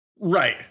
right